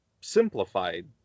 simplified